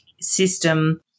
system